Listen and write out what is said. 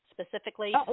specifically